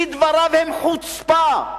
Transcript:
כי דבריו הם חוצפה,